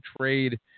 trade